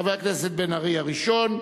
חבר הכנסת בן-ארי, הראשון.